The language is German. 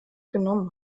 genommen